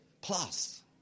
Plus